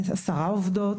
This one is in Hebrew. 10 עובדות.